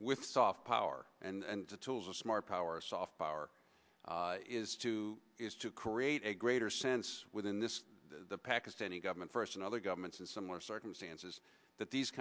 with soft power and the tools of smart power soft power is to is to create a greater sense within this the pakistani government for us and other governments and someone to circumstances that these